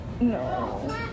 No